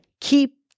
keep